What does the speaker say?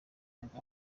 myaka